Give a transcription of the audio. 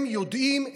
הם יודעים,